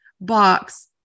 box